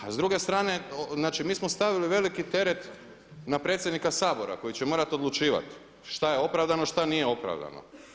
A s druge strane, znači mi smo stavili veliki teret na predsjednika Sabora koji će morat odlučivati šta je opravdano, šta nije opravdano.